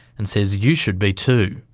and says you should be too.